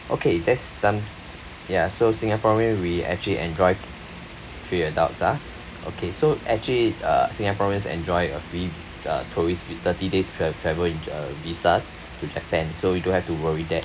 okay there's some ya so singaporean we actually enjoy three adults ah okay so actually uh singaporeans enjoy a free uh tourist vi~ thirty days tra~ travel in ja~ uh visa to japan so you don't have to worry that